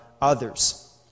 others